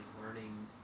learning